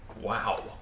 Wow